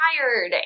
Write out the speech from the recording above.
tired